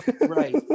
Right